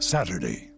Saturday